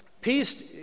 Peace